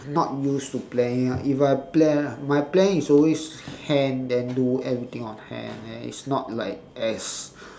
not used to planning ah if I plan my plan is always hand then do everything on hand then it's not like as